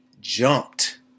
jumped